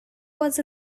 was